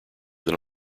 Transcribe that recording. than